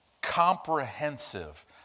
Comprehensive